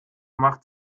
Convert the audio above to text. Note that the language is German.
macht